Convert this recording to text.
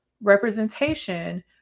representation